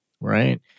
Right